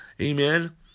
Amen